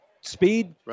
speed